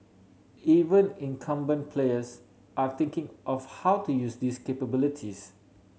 even incumbent players are thinking of how to use these capabilities